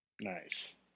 Nice